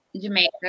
Jamaica